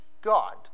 God